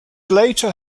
later